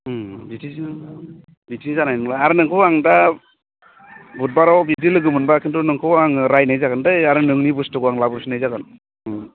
बिदिजों बिदिजों जानाय नंला आरो नोंखौ आं दा बुधबाराव बिदिनो लोगो मोनब्ला खिन्थु नोंखौ आङो रायनाय जागोन दै आरो नोंनि बुस्थुखौ आं लाबोफिननाय जागोन